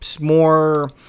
more